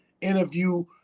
interview